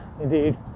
indeed